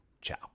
Ciao